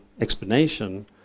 explanation